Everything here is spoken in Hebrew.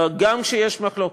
גם כשיש מחלוקת.